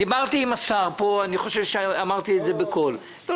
דיברתי עם השר אני חושב שאמרתי את זה בקול לא